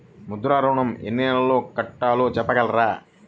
ముద్ర ఋణం ఎన్ని నెలల్లో కట్టలో చెప్పగలరా?